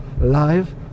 live